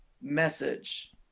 message